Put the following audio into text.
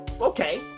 Okay